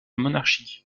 monarchie